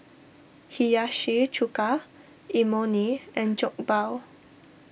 Hiyashi Chuka Imoni and Jokbal